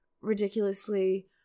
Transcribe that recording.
ridiculously